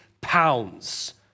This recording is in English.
pounds